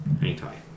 Anytime